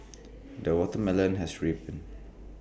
the watermelon has ripened